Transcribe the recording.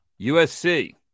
USC